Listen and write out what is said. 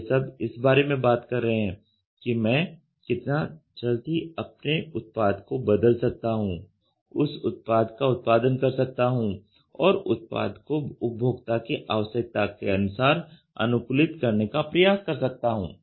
यह सब इस बारे में बात कर रहे हैं कि मैं कितना जल्दी अपने उत्पाद को बदल सकता हूं उस उत्पाद का उत्पादन कर सकता हूं और उत्पाद को उपभोक्ता की आवश्यकता के अनुसार अनुकूलित करने का प्रयास कर सकता हूं